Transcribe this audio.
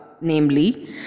namely